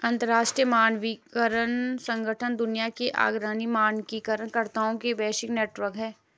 अंतर्राष्ट्रीय मानकीकरण संगठन दुनिया के अग्रणी मानकीकरण कर्ताओं का वैश्विक नेटवर्क है